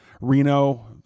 Reno